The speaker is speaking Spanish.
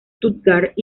stuttgart